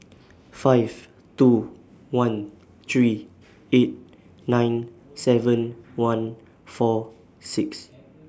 five two one three eight nine seven one four six